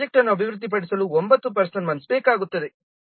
ಈ ಪ್ರೊಜೆಕ್ಟ್ ಅನ್ನು ಅಭಿವೃದ್ಧಿಪಡಿಸಲು 9 ಪರ್ಸನ್ ಮಂತ್ಸ್ ಬೇಕಾಗುತ್ತದೆ